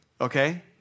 Okay